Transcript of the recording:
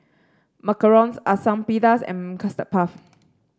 macarons Asam Pedas and Custard Puff